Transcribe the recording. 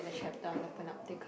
chapter on the Panopticon